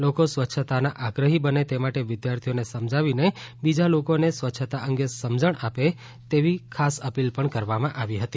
લોકો સ્વચ્છતાના આગ્રહી બને તે માટે વિદ્યાર્થીઓને સમજાવીને બીજા લોકોને સ્વચ્છતા અંગે સમજણ આપે તેવી ખાસ અપીલ પણ કરવામાં આવી હતી